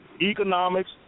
economics